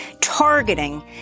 targeting